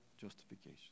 justification